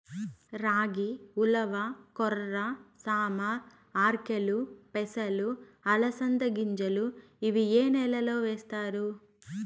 రాగి, ఉలవ, కొర్ర, సామ, ఆర్కెలు, పెసలు, అలసంద గింజలు ఇవి ఏ నెలలో వేస్తారు?